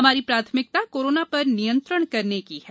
हमारी प्राथमिकता कोरोना पर नियंत्रण करने की है